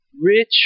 Rich